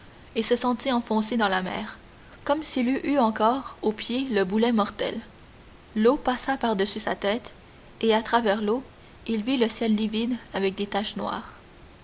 et se sentit enfoncer dans la mer comme s'il eût eu encore au pied le boulet mortel l'eau passa par-dessus sa tête et à travers l'eau il vit le ciel livide avec des taches noires